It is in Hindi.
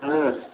हाँ